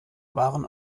waren